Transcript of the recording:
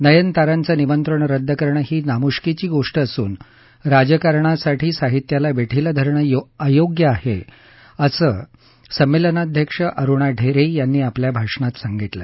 नयनतारांचं निमत्रण रद्द करणं ही नामुष्की गोष्ट असून राजकाराणासाठी साहित्यांला वेठीला धरणं अयोग्य आहे असं संमेलनांध्यक्ष अरुणा ढेरे यांनी आपल्या भाषणात सांगितलं